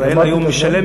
ישראל היום משלמת,